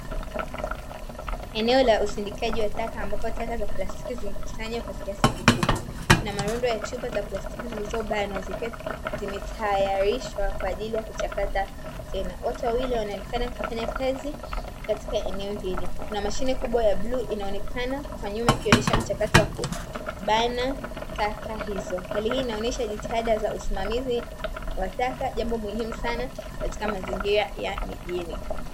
Eneo la usindikaji wa taka, ambapo taka za plastiki zimekusanywa kwa kiasi kikubwa na marundo ya chupa za plastiki zilizobanwa zikiwa zimetayarishwa kwa ajili ya kuchakata tena. Watu wawili wanaonekana wakifanya kazi katika eneo hili, na mashine kubwa ya bluu inaonekana kwa nyuma ikionesha mchakato wa kubana taka hizo. Hali hii inaonesha jitihada za usimamizi wa taka, jambo muhimu sana katika mazingira ya mijini.